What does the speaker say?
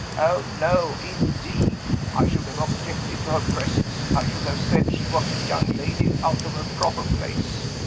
oh, no! indeed, i should have objected to her presence i should have said she was a young lady out of her proper place.